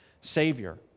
Savior